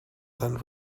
than